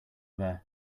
there